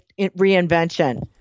reinvention